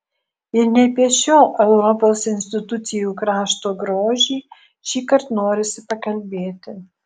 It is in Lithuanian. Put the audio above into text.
ir ne apie šio europos institucijų krašto grožį šįkart norisi pakalbėti